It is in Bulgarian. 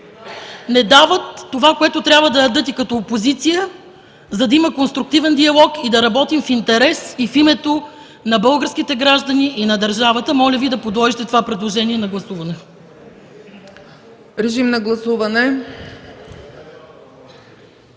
не дават това, което трябва да дадат и като опозиция, за да има конструктивен диалог, да работим в интерес и в името на българските граждани, и на държавата. Моля Ви да подложите това предложение на гласуване.